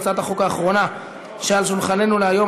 הצעת החוק האחרונה שעל שולחננו להיום: